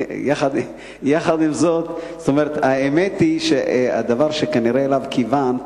יחד עם זאת, האמת היא שהדבר שכנראה אליו כיוונת,